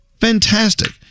Fantastic